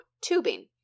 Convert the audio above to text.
tubing